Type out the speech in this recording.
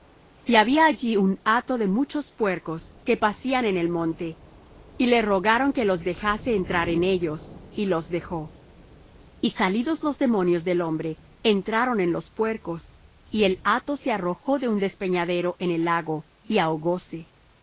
y había allí un hato de muchos puercos que pacían en el monte y le rogaron que los dejase entrar en ellos y los dejó y salidos los demonios del hombre entraron en los puercos y el hato se arrojó de un despeñadero en el lago y ahogóse y los